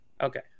Okay